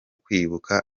kwibuka